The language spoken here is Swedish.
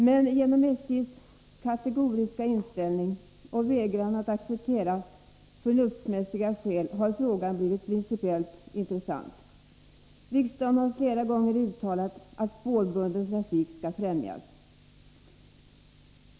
Men genom SJ:s kategoriska inställning och vägran att acceptera förnuftsmässiga skäl har frågan blivit principiellt intressant. Riksdagen har flera gånger uttalat att spårbunden trafik skall främjas.